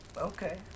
Okay